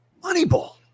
Moneyball